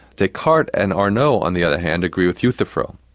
descartes and arnauld on the other hand, agree with euthyphro.